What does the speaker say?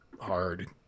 hard